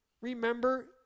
Remember